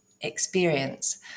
experience